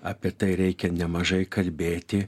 apie tai reikia nemažai kalbėti